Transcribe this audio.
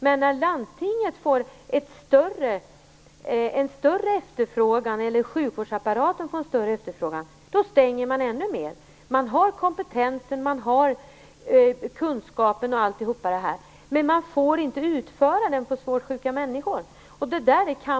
Men när landstinget får en större efterfrågan, eller sjukvårdsapparaten får en större efterfrågan, stänger man ännu mer. Personalen har kompetensen, kunskapen och allt annat. Men den får inte utföra vården för svårt sjuka människor.